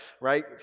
right